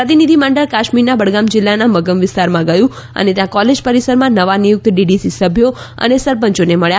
પ્રતિનિધિ મંડળ કાશ્મીરના બડગામ જિલ્લાના મગમ વિસ્તારમાં ગયું અને ત્યાં કોલેજ પરિસરમાં નવા નિયુક્ત ડીડીસી સભ્યો અને સરપંયોને મળ્યા